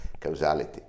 causality